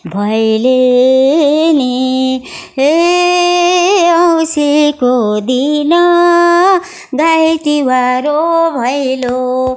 भैलेनी हे औँसीको दिन गाई तिहार हो भैलो